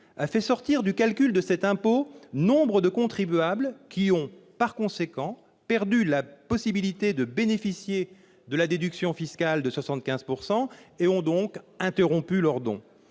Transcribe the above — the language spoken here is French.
a fait sortir du calcul de cet impôt nombre de contribuables, qui ont par conséquent perdu la possibilité de bénéficier de la déduction fiscale de 75 % et ont donc interrompu leurs dons.